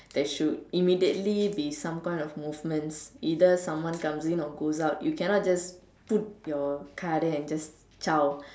there should immediately be some kind of movements either someone comes in or goes out you cannot just put your car there and just Zao